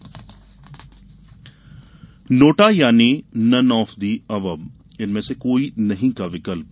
NOTA NOTA यानि none of the above इनमें से कोई नहीं का विकल्प